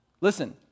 Listen